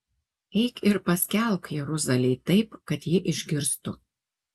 eik ir paskelbk jeruzalei taip kad ji išgirstų